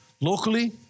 Locally